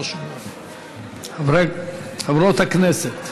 חברות הכנסת,